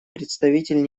представитель